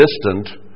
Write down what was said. distant